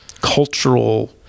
cultural